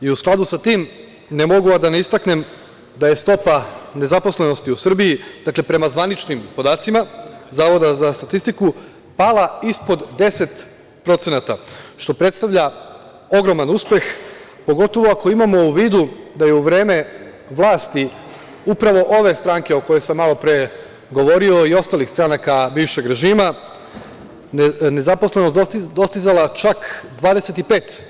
U skladu sa tim ne mogu, a da ne istaknem da je stopa nezaposlenosti u Srbiji, dakle, prema zvaničnim podacima Zavoda za statistiku pala ispod 10%, što predstavlja ogroman uspeh, pogotovo ako imamo u vidu da je u vreme vlasti upravo ove stranke o kojoj sam malopre govorio i ostalih stranaka bivšeg režima, nezaposlenost dostizala čak 25%